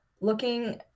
looking